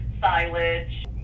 silage